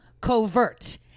covert